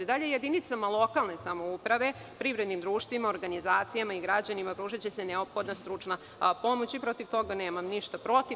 Jedinicama lokalne samouprave, privrednim društvima, organizacijama i građanima će se pružiti neophodna stručna pomoć i protiv toga nemam ništa protiv.